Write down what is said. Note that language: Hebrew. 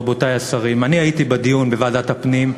רבותי השרים: אני הייתי בדיון על הווד"לים בוועדת הפנים,